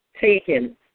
taken